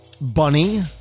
Bunny